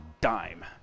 dime